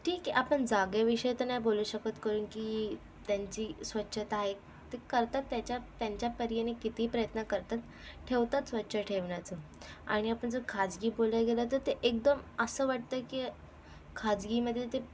ठीक आहे आपण जागेविषयी तर नाही बोलू शकत कारण की त्यांची स्वच्छता आहे ती करतात त्याच्या त्यांच्या परीने किती प्रयत्न करतात ठेवतात स्वच्छ ठेवण्याचं आणि आपण जर खाजगी बोलायला गेलो तर एकदम असं वाटतं की खाजगीमध्ये ते